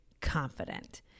confident